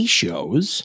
shows